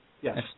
Yes